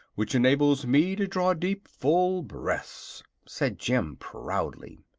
which enables me to draw deep, full breaths, said jim, proudly.